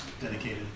dedicated